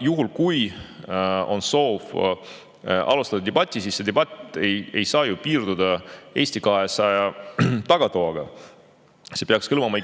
Juhul, kui on soov alustada debatti, siis see debatt ei saa ju piirduda Eesti 200 tagatoaga. See peaks hõlmama